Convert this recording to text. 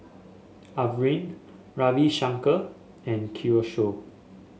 Arvind Ravi Shankar and Kishore